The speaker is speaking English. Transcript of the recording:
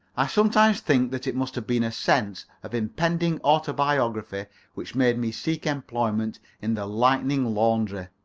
i sometimes think that it must have been a sense of impending autobiography which made me seek employment in the lightning laundry.